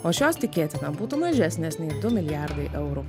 o šios tikėtina būtų mažesnės nei du milijardai eurų